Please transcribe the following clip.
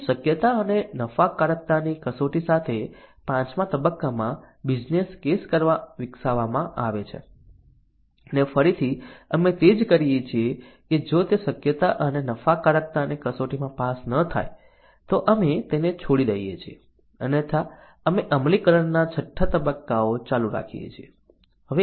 પછી શક્યતા અને નફાકારકતાની કસોટી સાથે પાંચમા તબક્કામાં બિઝનેસ કેસ વિકસાવવા આવે છે અને ફરીથી અમે તે જ કરીએ છીએ કે જો તે શક્યતા અને નફાકારકતાની કસોટીમાં પાસ ન થાય તો અમે તેને છોડી દઈએ છીએ અન્યથા અમે અમલીકરણના છઠ્ઠો તબક્કાઓ ચાલુ રાખીએ છીએ